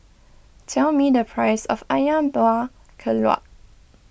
tell me the price of Ayam Buah Keluak